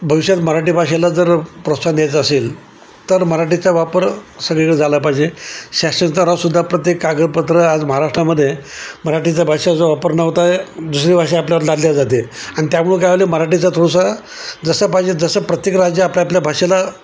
भविष्यात मराठी भाषेला जर प्रोत्साहन द्यायचा असेल तर मराठीचा वापर सगळीकडं झाला पाहिजे शाशीक स्तरावसद्धा प्रत्येक कागदपत्र आज महाराष्ट्राध्ये मराठीचा भाषाचा वापर न होता दुसरी भाषा आपल्यावर लादली जाते आणि त्यामुळे काय झाले मराठीचा थोडासा जसं पाहिजे तसं प्रत्येक राज्य आपल्या आपल्या भाषेला